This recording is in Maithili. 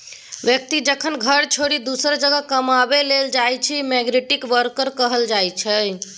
बेकती जखन घर छोरि दोसर जगह कमाबै लेल जाइ छै माइग्रेंट बर्कर कहल जाइ छै